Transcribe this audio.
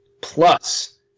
plus